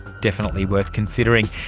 definitely worth considering.